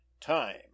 Time